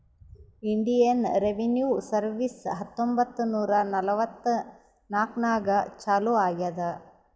Indian revenue service ಹತ್ತೊಂಬತ್ತ್ ನೂರಾ ನಲ್ವತ್ನಾಕನಾಗ್ ಚಾಲೂ ಆಗ್ಯಾದ್